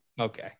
okay